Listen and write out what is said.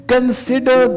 Consider